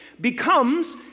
becomes